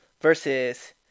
versus